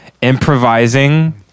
improvising